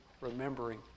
remembering